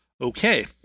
Okay